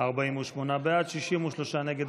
48 בעד, 63 נגד.